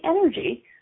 energy